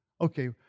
Okay